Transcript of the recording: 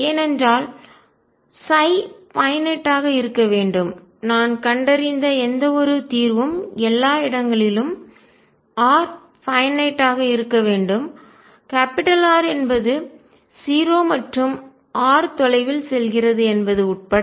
ஏனென்றால் பைன்நட் வரையறுக்கப்பட்டதாக ஆக இருக்க வேண்டும் நான் கண்டறிந்த எந்தவொரு தீர்வும் எல்லா இடங்களிலும் r பைன்நட் வரையறுக்கப்பட்டதாக ஆக இருக்க வேண்டும் R என்பது 0 மற்றும் r தொலைவில் செல்கிறது என்பது உட்பட